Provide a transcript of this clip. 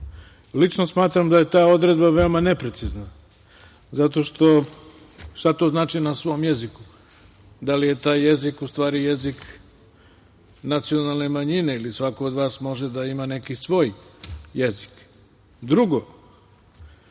Lično smatram da je ta odredba veoma neprecizna zato što šta to znači – na svom jeziku? Da li je taj jezik u stvari jezik nacionalne manjine ili svako od vas može da ima neki svoj jezik? Drugo,